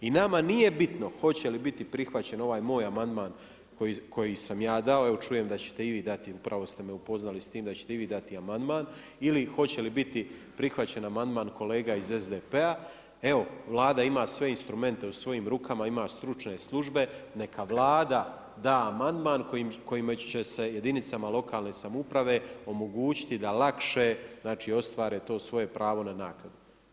I nama nije bitno hoće li biti prihvaćen ovaj moj amandman koji sam ja dao, čujem da ćete i vi dati, upravo ste me upoznali s tim da ćete i vi dati amandman, ili hoće li biti prihvaćen amandman kolega iz SDP-a, evo Vlada ima sve instrumente u svojim rukama, ima stručne službe neka Vlada da amandman kojima će se jedinicama lokalne samouprave omogućiti da lakše ostvare to svoje pravo na naknadu.